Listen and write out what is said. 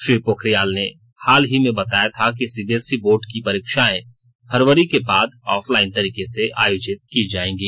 श्री पोखरियाल ने हाल ही में बताया था कि सीबीएसई बोर्ड परीक्षाएं फरवरी के बाद ऑफ लाइन तरीके से आयोजित की जाएंगी